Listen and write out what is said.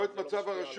לא את מצב הרשות.